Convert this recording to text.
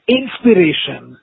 inspiration